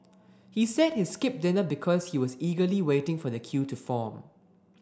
he said he skipped dinner because he was eagerly waiting for the queue to form